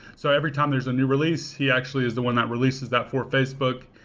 so every time there's a new release, he actually is the one that releases that for facebook.